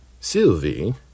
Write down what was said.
sylvie